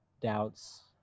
doubts